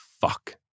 fuck